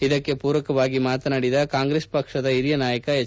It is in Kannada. ಇದಕ್ಕೆ ಮೂರಕವಾಗಿ ಮಾತನಾಡಿದ ಕಾಂಗ್ರೆಸ್ ಪಕ್ಷದ ಹಿರಿಯ ನಾಯಕ ಎಚ್